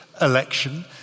election